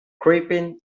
creeping